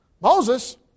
Moses